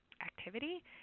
Activity